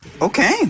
Okay